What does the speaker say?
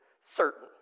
certain